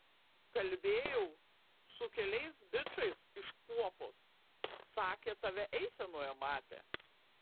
kalbėjau su keliai bičais iš kuopos sakė tave eisenoje matė